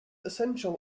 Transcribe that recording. essential